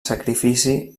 sacrifici